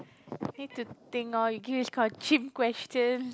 need to think lor you give this kind of chim questions